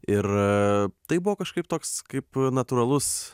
ir tai buvo kažkaip toks kaip natūralus